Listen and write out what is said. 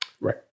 Right